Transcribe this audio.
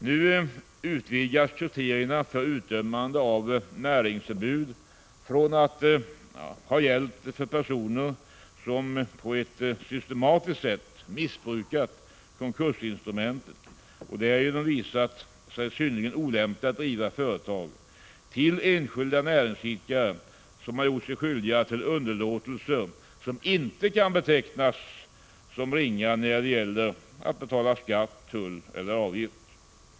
Nu utvidgas kriterierna för utdömande av näringsförbud från att ha gällt personer som på ett systematiskt sätt missbrukat konkursinstrumentet och därigenom visat sig synnerligen olämpliga att driva företag, till att gälla enskilda näringsidkare som har gjort sig skyldiga till underlåtelser som inte kan betecknas som ringa när det gäller att betala skatt, tull eller avgift.